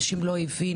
אנשים לא הבינו,